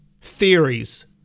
Theories